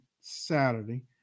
Saturday